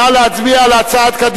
נא להצביע על הצעת קדימה.